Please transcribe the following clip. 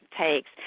takes